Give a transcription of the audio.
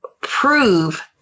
prove